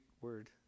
word